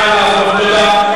נא לעזוב.